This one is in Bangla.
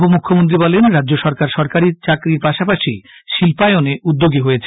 উপমৃখ্যমন্ত্রী বলেন রাজ্য সরকার সরকারী চাকরির পাশাপাশি শিল্পায়নে উদ্যোগী হয়েছে